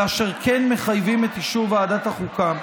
אשר כן מחייבים את אישור ועדת החוקה.